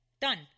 Done